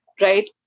right